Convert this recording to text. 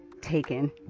taken